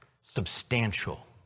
substantial